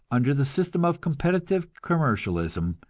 under the system of competitive commercialism,